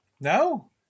No